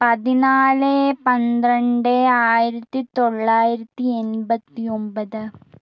പതിനാല് പന്ത്രണ്ട് ആയിരത്തി തൊള്ളായിരത്തി എൺപത്തി ഒമ്പത്